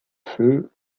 feu